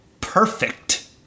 perfect